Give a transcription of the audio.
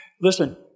Listen